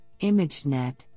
ImageNet